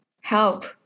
help